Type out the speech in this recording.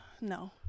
No